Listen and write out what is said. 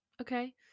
okay